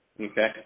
Okay